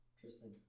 Tristan